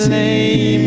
and a